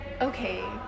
Okay